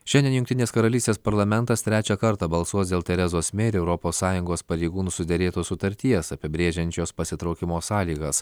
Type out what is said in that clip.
šiandien jungtinės karalystės parlamentas trečią kartą balsuos dėl terezos mei ir europos sąjungos pareigūnų suderėtos sutarties apibrėžiančios pasitraukimo sąlygas